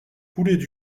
coulaient